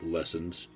Lessons